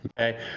Okay